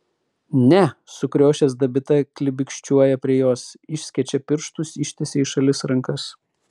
ne sukriošęs dabita klibikščiuoja prie jos išskečia pirštus ištiesia į šalis rankas